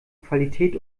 qualität